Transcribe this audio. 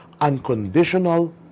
unconditional